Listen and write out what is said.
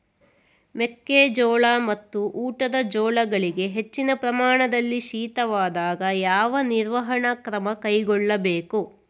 ಮೆಕ್ಕೆ ಜೋಳ ಮತ್ತು ಊಟದ ಜೋಳಗಳಿಗೆ ಹೆಚ್ಚಿನ ಪ್ರಮಾಣದಲ್ಲಿ ಶೀತವಾದಾಗ, ಯಾವ ನಿರ್ವಹಣಾ ಕ್ರಮ ಕೈಗೊಳ್ಳಬೇಕು?